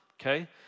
Okay